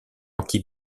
occhi